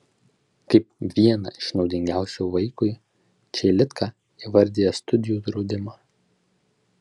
kaip vieną iš naudingiausių vaikui čeilitka įvardija studijų draudimą